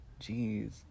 Jeez